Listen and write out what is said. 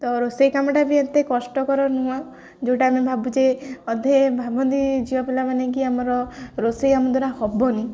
ତ ରୋଷେଇ କାମଟା ବି ଏତେ କଷ୍ଟକର ନୁହେଁ ଯେଉଁଟା ଆମେ ଭାବୁଛେ ଅଧେ ଭାବନ୍ତି ଝିଅ ପିଲାମାନେ କି ଆମର ରୋଷେଇ କାମ ଦ୍ୱାରା ହେବନି